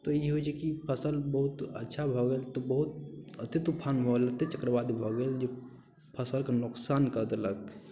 तऽ ई होइ छै कि फसल बहुत अच्छा भऽ गेल तऽ बहुत अधिक तुफान भऽ गेल एतेक चक्रवात भऽ गेल जे फसलके नुकसान कऽ देलक